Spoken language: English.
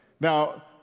Now